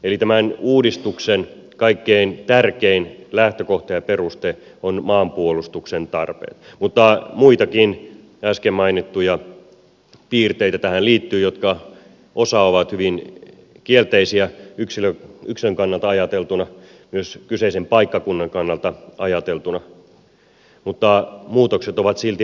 eli tämän uudistuksen kaikkein tärkein lähtökohta ja peruste on maanpuolustuksen tarpeet mutta muitakin äsken mainittuja piirteitä tähän liittyy joista osa on hyvin kielteisiä yksilön kannalta ajateltuna myös kyseisen paikkakunnan kannalta ajateltuna mutta muutokset ovat silti välttämättömiä